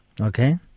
Okay